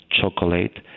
chocolate